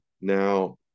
now